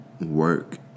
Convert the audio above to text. work